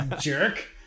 jerk